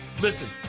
Listen